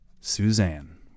Suzanne